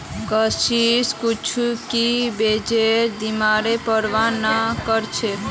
करिश्मा कुछू भी चीजेर दामेर प्रवाह नी करछेक